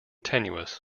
tenuous